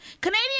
Canadian